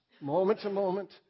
moment-to-moment